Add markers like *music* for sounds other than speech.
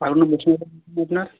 আর অন্য কিছু *unintelligible* আপনার